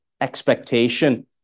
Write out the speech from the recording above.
expectation